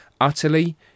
utterly